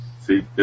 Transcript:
See